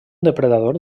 depredador